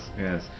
yes